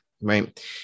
right